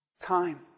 time